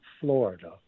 Florida